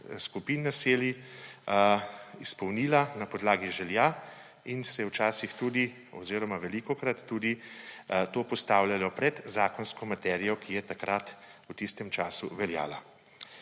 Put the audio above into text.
skupin naselij izpolnila na podlagi želja in se je včasih oziroma velikokrat tudi to postavljalo pred zakonsko materijo, ki je v tistem času veljala.